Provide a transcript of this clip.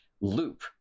loop